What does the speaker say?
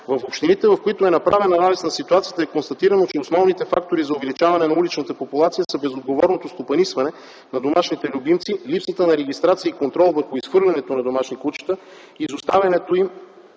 В общините, в които е направен анализ на ситуацията, е констатирано, че основните фактори за увеличаване на уличната популация са безотговорното стопанисване на домашните любимци, липсата на регистрация и контрол върху изхвърлянето на домашни кучета, изоставянето им,